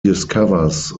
discovers